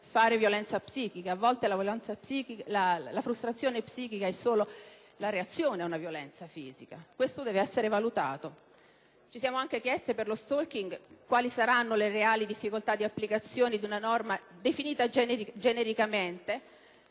fare violenza psichica e talvolta la frustrazione psichica è solo una reazione ad una violenza fisica. Questo deve essere valutato. Ci siamo anche chieste, per lo *stalking*, quali saranno le reali difficoltà di applicazione di una norma definita genericamente